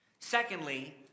Secondly